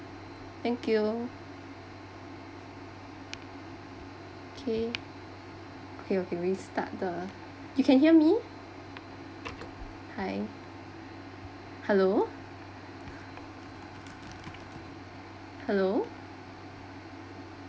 thank you okay okay okay we start the you can hear me hi hello hello